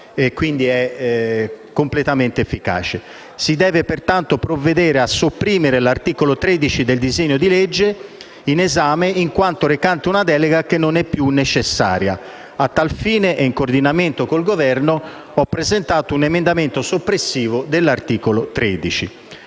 quindi è completamente efficace. Si deve pertanto provvedere a sopprimere l'articolo 13 del disegno di legge in esame, in quanto recante una delega che non è più necessaria. A tal fine e in coordinamento con il Governo ho presentato un emendamento soppressivo dell'articolo 13.